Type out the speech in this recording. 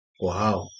Wow